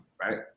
right